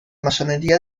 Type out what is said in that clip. maçoneria